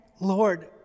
Lord